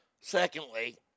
Secondly